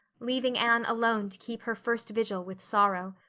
leaving anne alone to keep her first vigil with sorrow.